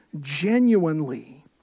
genuinely